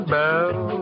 bell